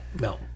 no